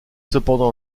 cependant